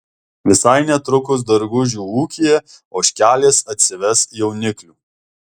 visai netrukus dargužių ūkyje ožkelės atsives jauniklių